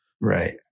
Right